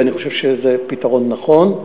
ואני חושב שזה פתרון נכון,